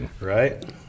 Right